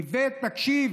איווט, תקשיב: